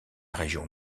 région